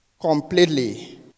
completely